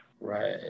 Right